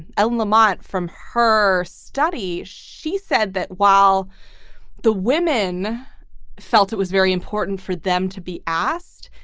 ellen lamott from her study, she said that while the women felt it was very important for them to be asked,